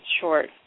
short